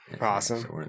Awesome